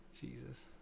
Jesus